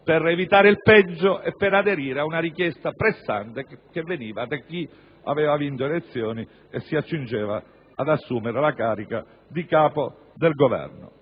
per evitare il peggio e per aderire alla richiesta pressante che veniva da chi aveva vinto le elezioni e si accingeva ad assumere la carica di capo del Governo.